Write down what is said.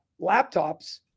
laptops